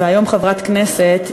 והיום חברת כנסת,